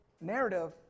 narrative